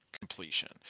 completion